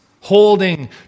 holding